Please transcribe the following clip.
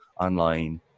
online